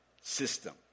system